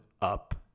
up